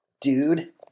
Dude